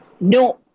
no